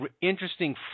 interesting